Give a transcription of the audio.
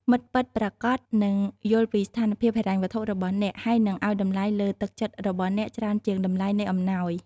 មិត្តពិតប្រាកដនឹងយល់ពីស្ថានភាពហិរញ្ញវត្ថុរបស់អ្នក ហើយនឹង ឱ្យតម្លៃលើទឹកចិត្តរបស់អ្នកច្រើនជាងតម្លៃនៃអំណោយ។